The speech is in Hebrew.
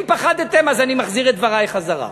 אם פחדתם, אז אני מחזיר את דברי חזרה.